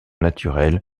naturels